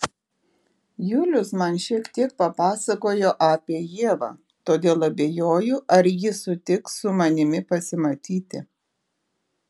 julius man šiek tiek papasakojo apie ievą todėl abejoju ar ji sutiks su manimi pasimatyti